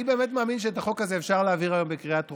אני באמת מאמין שאפשר להעביר את החוק הזה היום בקריאה טרומית.